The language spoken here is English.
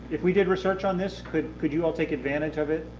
if we did research on this, could could you all take advantage of it,